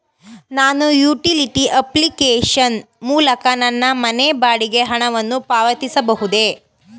ನಾನು utility application ಮೂಲಕ ನನ್ನ ಮನೆ ಬಾಡಿಗೆ ಹಣವನ್ನು ಪಾವತಿಸಬಹುದೇ?